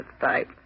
type